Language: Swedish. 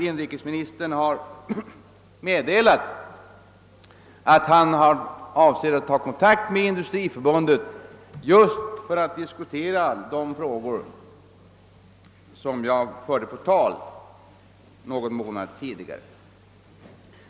Inrikesministern har nu meddelat att han avser att ta kontakt med Sveriges industriförbund just för att diskutera de frågor jag förde på tal någon månad tidigare.